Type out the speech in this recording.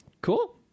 cool